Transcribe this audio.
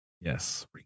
yes